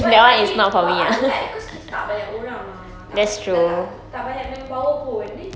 but that ni but I feel like cause kita tak banyak orang ah tak ah dah tak tak banyak manpower pun ni